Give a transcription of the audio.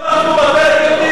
אנחנו התאפסנו.